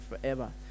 forever